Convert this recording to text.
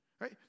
right